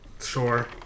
sure